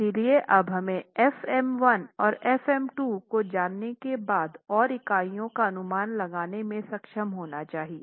इसलिए अब हमे f m1 और f m2 को जानने के बाद और इकाईयों का अनुमान लगाने में सक्षम होना चाहिए